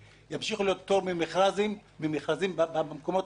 ימשיכו להיות פטור ממכרזים במקומות האלה,